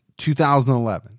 2011